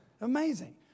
Amazing